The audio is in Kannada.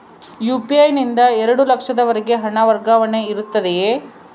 ಯು.ಪಿ.ಐ ನಿಂದ ಎರಡು ಲಕ್ಷದವರೆಗೂ ಹಣ ವರ್ಗಾವಣೆ ಇರುತ್ತದೆಯೇ?